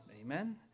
Amen